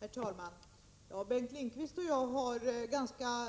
Herr talman! Bengt Lindqvist och jag för ganska